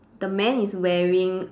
the man is wearing